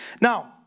Now